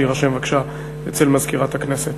יירשם בבקשה אצל מזכירת הכנסת.